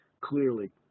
clearly